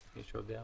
יש עוד הערות?